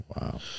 wow